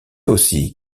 aussi